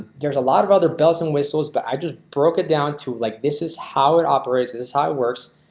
there's a lot of other bells and whistles, but i just broke it down to like this this is how it operates is how it works.